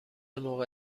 موقع